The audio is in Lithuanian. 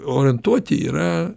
orientuoti yra